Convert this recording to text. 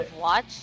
watch